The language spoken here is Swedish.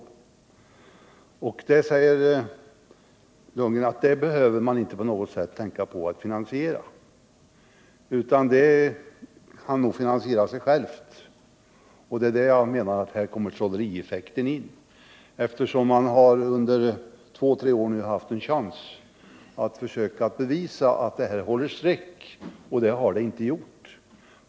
Bo Lundgren säger då att det behöver man inte alls tänka på att finansiera, utan det kan nog finansiera sig självt. Och det är här jag menar att trollerieffekten kommer in, eftersom man nu under två tre år har haft en chans att försöka bevisa att detta håller streck, och det har det inte gjort.